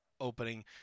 opening